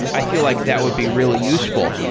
i feel like that would be really useful.